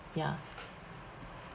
ya